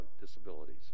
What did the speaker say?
disabilities